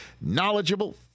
knowledgeable